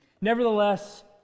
Nevertheless